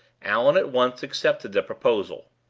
allan at once accepted the proposal.